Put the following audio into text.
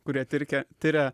kurie tirke tiria